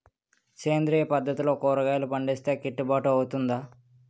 సేంద్రీయ పద్దతిలో కూరగాయలు పండిస్తే కిట్టుబాటు అవుతుందా?